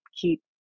Keep